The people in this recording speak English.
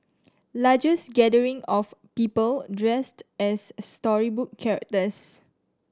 largest gathering of people dressed as storybook characters